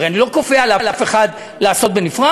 הרי אני לא כופה על אף אחד לעשות בנפרד,